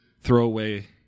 throwaway